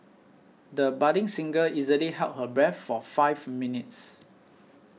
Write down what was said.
the budding singer easily held her breath for five minutes